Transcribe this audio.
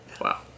Wow